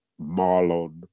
Marlon